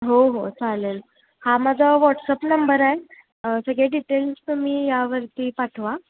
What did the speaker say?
हो हो चालेल हा माझा व्हॉट्सअप नंबर आहे सगळे डिटेल्स तुम्ही यावरती पाठवा